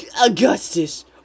Augustus